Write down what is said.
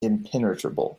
impenetrable